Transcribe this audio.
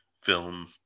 film